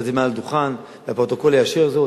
את זה מעל הדוכן והפרוטוקול יאשר זאת,